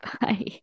Bye